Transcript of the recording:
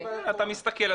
אתה מסתכל,